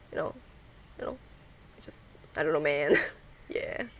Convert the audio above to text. you know you know it's just I don't know man yeah